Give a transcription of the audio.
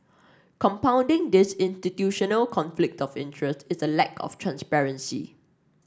compounding this institutional conflict of interest is a lack of transparency